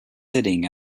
sitting